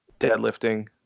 deadlifting